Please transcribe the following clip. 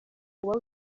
uba